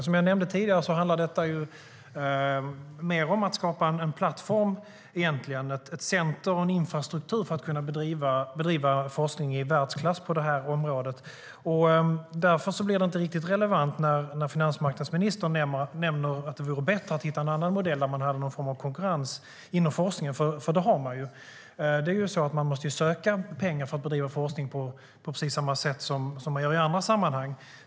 Som jag nämnde tidigare handlar detta mer om att skapa en plattform, ett center och en infrastruktur för att kunna bedriva forskning i världsklass på det här området. Det blir därför inte riktigt relevant när finansmarknadsministern nämner att det vore bättre att hitta en annan modell där man har någon form av konkurrens inom forskningen. Det har man ju. Man måste söka pengar för att bedriva forskning på precis samma sätt som man gör i andra sammanhang.